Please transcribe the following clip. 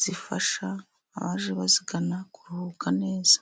zifasha ,abaje bazigana kuruhuka neza.